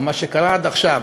או מה שקרה עד עכשיו,